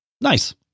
Nice